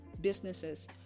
businesses